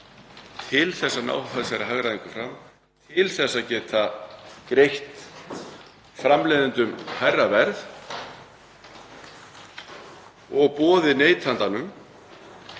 til að ná þessari hagræðingu fram, til að geta greitt framleiðendum hærra verð og boðið neytandanum